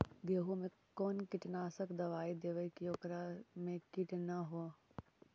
गेहूं में कोन कीटनाशक दबाइ देबै कि ओकरा मे किट न हो?